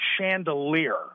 chandelier